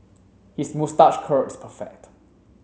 his moustache curl is perfect